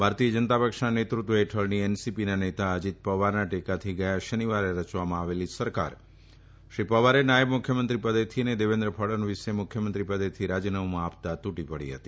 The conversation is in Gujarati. ભારતીય જનતા પક્ષના નેતૃત્વ હેઠળની એનસીપીના નેતા અજીત પવારના ટેકાથી ગયા શનિવારે રચવામાં આવેલી સરકાર શ્રી પવારે નાયબ મુખ્યમંત્રી પદેથી અને દેવેન્દ્ર ફડનવીસે મુખ્યમંત્રી પદેથી રાજીનામું આપતાં તુટી પડી હતી